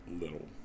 little